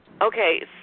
Okay